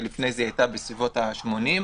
כשלפני כן היתה בסביבות ה-80.